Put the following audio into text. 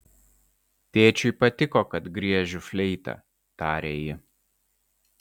tėčiui patiko kad griežiu fleita tarė ji